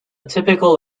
typical